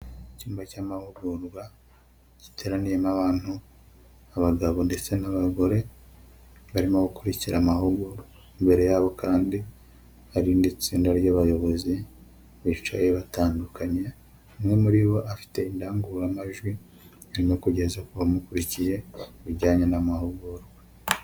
Icyumba cy'amahugurwa giteraniyemo abantu, abagabo ndetse n'abagore barimo gukurikira amahugurwa, imbere yabo kandi hari irindi tsinda ry'abayobozi bicaye batandukanye, umwe muri bo afite indangurumajwi arimo kugeza ku bamukurikiye ibijyanye n'amahugurwa.